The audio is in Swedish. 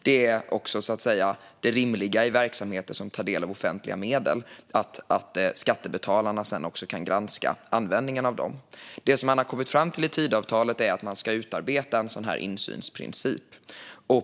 Det är rimligt att skattebetalarna kan granska användningen av offentliga medel i verksamheter som tar del av dem. Det man har kommit fram till i Tidöavtalet är att man ska utarbeta en insynsprincip.